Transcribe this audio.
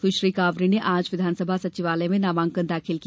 सुश्री कांवरे ने आज विधानसभा सचिवालय में नामांकन दाखिल किया